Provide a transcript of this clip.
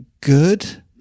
good